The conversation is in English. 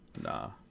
nah